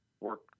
work